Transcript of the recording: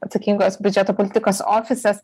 atsakingos biudžeto politikos ofisas